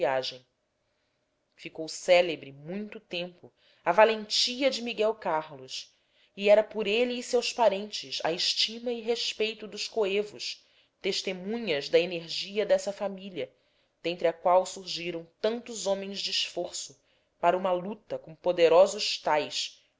viagem ficou célebre muito tempo a valentia de miguel carlos e era por ele seus parentes a estima e respeito dos coevos testemunhas da energia dessa família dentre a qual surgiram tantos homens de esforço para uma luta com poderosos tais